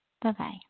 Bye-bye